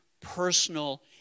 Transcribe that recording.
personal